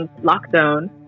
lockdown